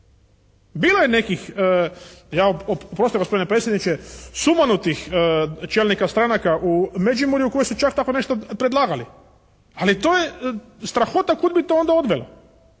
Bilo je nekih, oprostite gospodine predsjedniče, sumanutih čelnika stranaka u Međimurju koje su čak tako nešto predlagali, ali to je strahota kud bi to onda odvelo.